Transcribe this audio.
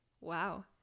wow